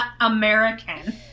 American